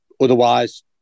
Otherwise